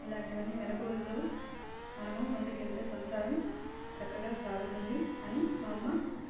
ఇలాంటివన్ని మెలకువలతో మనము ముందుకు వెళితే సంసారం చక్కగా సాగుతుంది అని మా అమ్మ